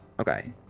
Okay